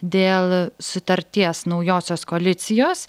dėl sutarties naujosios koalicijos